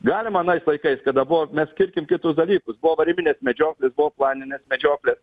galima anais laikais kada buvo mes skirkim kitus dalykus buvo varyminės medžioklės buvo planinės medžioklės